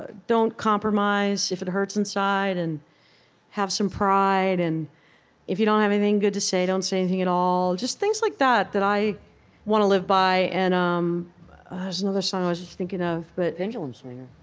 ah don't compromise if it hurts inside, and have some pride, and if you don't have anything good to say, don't say anything at all. just things like that that i want to live by and um there's another song i was just thinking of, but pendulum swinger.